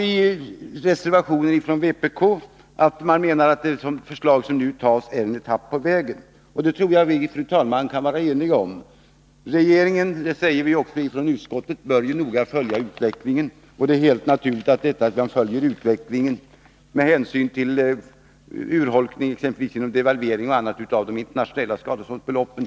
I reservationen från vpk står det att förslaget är en etapp på vägen. Det tror jag, fru talman, att vi kan vara eniga om. Utskottet säger också att regeringen noga bör följa utvecklingen, vilket är helt naturligt med hänsyn till den urholkning som devalveringen m.m. medför när det gäller de internationella skadeståndsbeloppen.